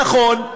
נכון,